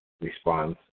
response